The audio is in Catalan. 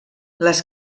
les